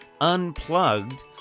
Unplugged